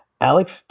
Alex